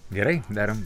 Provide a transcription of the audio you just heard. gerai darom